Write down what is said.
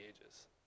ages